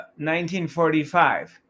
1945